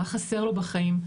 מה חסר לו בחיים,